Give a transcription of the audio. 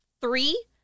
Three